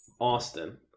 Austin